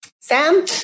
Sam